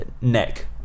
neck